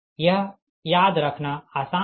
यह याद रखना आसान है